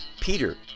Peter